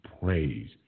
praise